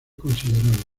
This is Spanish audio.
considerable